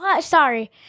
Sorry